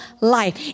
life